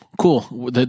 cool